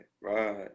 right